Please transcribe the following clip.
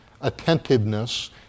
attentiveness